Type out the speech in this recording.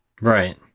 Right